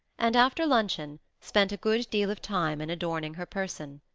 and, after luncheon, spent a good deal of time in adorning her person.